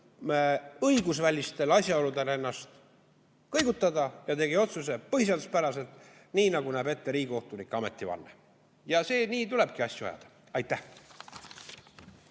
õigusvälistel asjaoludel ennast kõigutada ja tegi otsuse põhiseaduspäraselt, nii nagu näeb ette riigikohtunike ametivanne. Nii tulebki asju ajada. Aitäh!